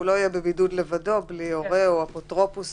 להגיד שהוא לא יהיה בבידוד לבדו בלי הורה או אפוטרופוס.